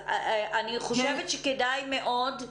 אני חושבת שכדאי מאוד,